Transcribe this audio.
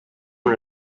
una